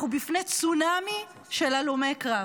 אנחנו בפני צונאמי של הלומי קרב.